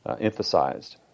emphasized